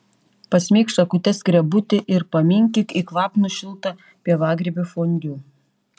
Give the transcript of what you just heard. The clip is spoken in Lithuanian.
pasmeik šakute skrebutį ir paminkyk į kvapnų šiltą pievagrybių fondiu